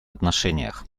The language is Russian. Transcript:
отношениях